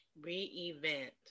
Re-event